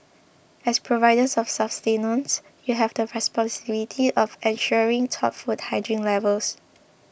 as providers of sustenance you have the responsibility of ensuring top food hygiene levels